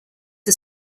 are